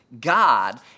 God